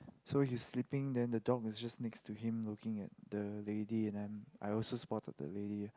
so he sleeping then the dog is just next to him looking at the lady and I'm I also spot at the lady